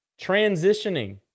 Transitioning